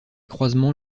croisements